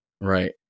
right